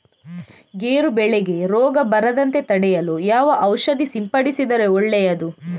ಗೇರು ಬೆಳೆಗೆ ರೋಗ ಬರದಂತೆ ತಡೆಯಲು ಯಾವ ಔಷಧಿ ಸಿಂಪಡಿಸಿದರೆ ಒಳ್ಳೆಯದು?